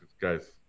Guys